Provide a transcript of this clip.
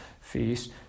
feast